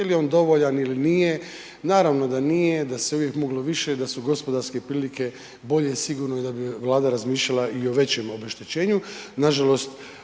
li on dovoljan ili nije, naravno da nije, da se uvijek moglo više, da su gospodarske prilike bolje, sigurno je da bi Vlada razmišljala i o većem obeštećenju.